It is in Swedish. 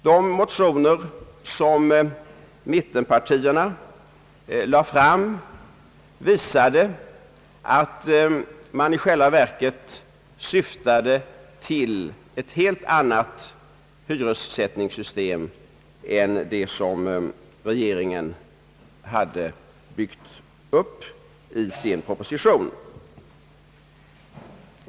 De motioner som mittenpartierna lade fram visade, att man i själva verket syftade till ett helt annat hyressättningssystem än det som regeringen hade byggt upp i sin proposition.